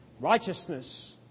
righteousness